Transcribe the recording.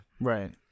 Right